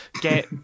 get